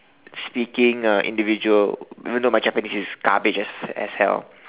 speaking uh individual even though my Japanese is garbage as as hell